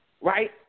Right